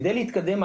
כדי להתקדם,